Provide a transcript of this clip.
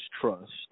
trust